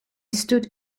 stood